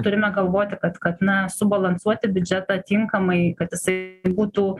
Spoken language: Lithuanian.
turime galvoti kad kad na subalansuoti biudžetą tinkamai kad jisai būtų